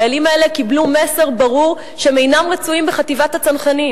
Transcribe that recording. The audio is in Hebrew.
החיילים האלה קיבלו מסר ברור שהם אינם רצויים בחטיבת הצנחנים.